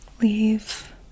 leave